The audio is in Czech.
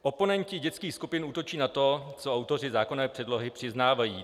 Oponenti dětských skupin útočí na to, co autoři zákonné předlohy přiznávají.